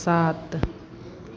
सात